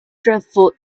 dreadful